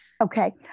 okay